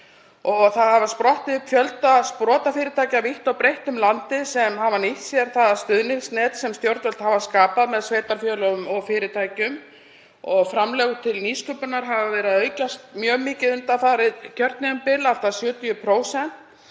Sprottið hefur upp fjöldi sprotafyrirtækja vítt og breitt um landið sem hafa nýtt sér það stuðningsnet sem stjórnvöld hafa skapað með sveitarfélögum og fyrirtækjum. Framlög til nýsköpunar hafa verið að aukast mjög mikið undanfarið kjörtímabil, allt að 70%.